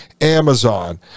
Amazon